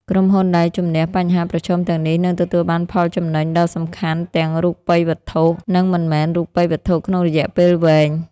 ក្រុមហ៊ុនដែលជម្នះបញ្ហាប្រឈមទាំងនេះនឹងទទួលបានផលចំណេញដ៏សំខាន់ទាំងរូបិយវត្ថុ និងមិនមែនរូបិយវត្ថុក្នុងរយៈពេលវែង។